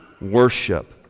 worship